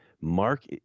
Mark